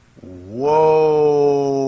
Whoa